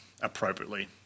appropriately